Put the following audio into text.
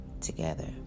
together